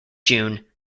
june